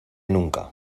nunca